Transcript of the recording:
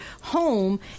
home